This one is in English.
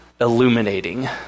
illuminating